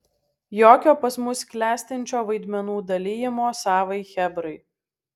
jokio pas mus klestinčio vaidmenų dalijimo savai chebrai